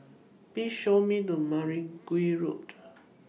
Please Show Me The Mergui Road